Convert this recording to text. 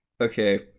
Okay